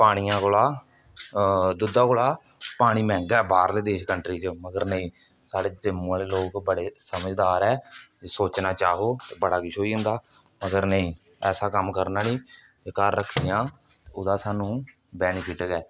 पानिया कोला दुद्ध कोला पानी मैंह्गा बाह्रले देश कन्ट्री च मगर नेईं साढ़े जम्मू आह्ले लोक बडे समझदार ऐ सोचना चाहो ते बड़ा किश होई जंदा मगर नेईं ऐसा कम्म करना नेईं ते घर रक्खियै ओह्दा सानूं बैनीफिट गै ऐ